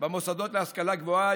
במוסדות להשכלה גבוהה,